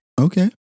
okay